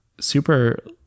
super